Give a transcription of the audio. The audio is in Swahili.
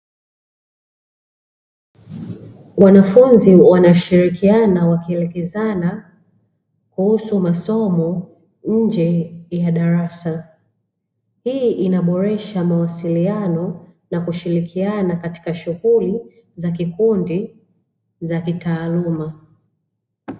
Wanafunzi wanashirikiana wakielekezana masomo nje ya darasa, hii inaboresha mawasiliano na kushirikiana katika shughuli za kikundi za kitaaluma.